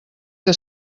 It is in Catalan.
que